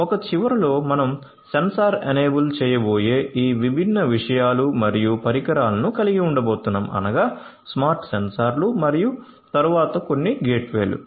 ఒక చివరలో మనం సెన్సార్ ఎనేబుల్ చేయబోయే ఈ విభిన్న విషయాలు మరియు పరికరాలను కలిగి ఉండబోతున్నాము అనగా స్మార్ట్ సెన్సార్లు మరియు తరువాత కొన్ని గేట్వే లు